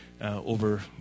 over